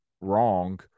Wrong